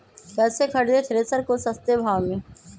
कैसे खरीदे थ्रेसर को सस्ते भाव में?